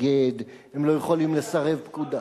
להתאגד, הם לא יכולים לסרב פקודה.